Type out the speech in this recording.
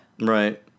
Right